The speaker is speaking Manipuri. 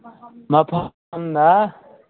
ꯃꯐꯝꯅ